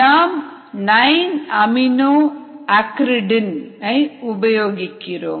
நாம் 9 amino acridine dye உபயோகிக்கிறோம்